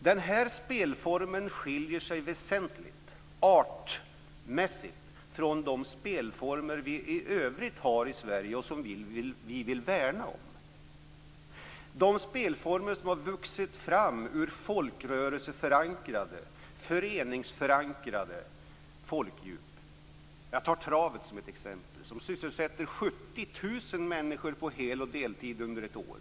Den här spelformen skiljer sig väsentligt, artmässigt, från de spelformer vi i övrigt har i Sverige och som vi vill värna om. Det är spelformer som har vuxit fram ur folkrörelseförankrade, föreningsförankrade folkdjup. Jag tar travet som ett exempel. Det sysselsätter 70 000 människor på hel och deltid under ett år.